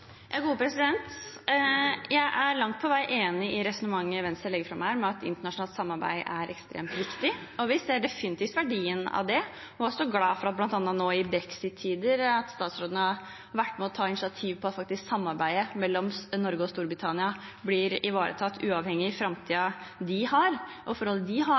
Jeg er langt på vei enig i resonnementet Venstre legger fram her, at internasjonalt samarbeid er ekstremt viktig. Vi ser definitivt verdien av det og er også glade for i disse brexit-tider at statsråden har vært med på å ta initiativ til at samarbeidet mellom Storbritannia og Norge faktisk blir ivaretatt uavhengig av framtiden og forholdet de har til EU. De